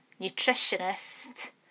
nutritionist